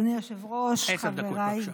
אדוני היושב-ראש, חבריי, עשר דקות, בבקשה.